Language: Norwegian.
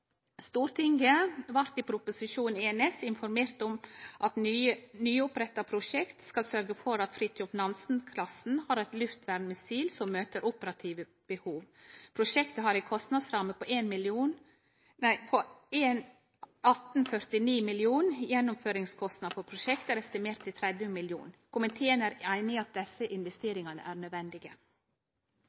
Stortinget blei i Prop. 1 S informert om eit nyoppretta prosjekt som skal sørgje for at Fridtjof Nansen-klassen har eit luftvernmissil som møter operative behov. Prosjektet har ei kostnadsramme på 1 849 mill. kr. Gjennomføringskostnadene for prosjektet er estimerte til 30 mill. kr. Komiteen er einig i at desse investeringane er nødvendige.